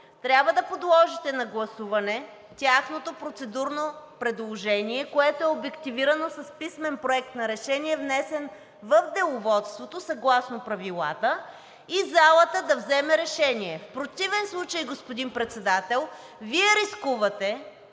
Трябва да подложите на гласуване тяхното процедурно предложение, което е обективирано с писмен Проект на решение, внесен в Деловодството съгласно правилата, и залата да вземе решение. В противен случай, господин Председател, Вие рискувате